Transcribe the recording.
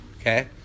Okay